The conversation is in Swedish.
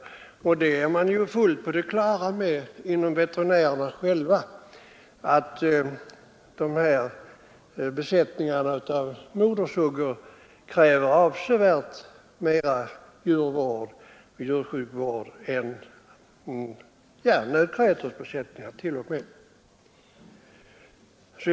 Veterinärerna själva har fullt klart för sig att besättningar med modersuggor kräver avsevärt mera djurvård än nötkreatursbesättningar.